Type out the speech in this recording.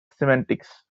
semantics